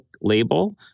label